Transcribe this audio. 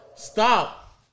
Stop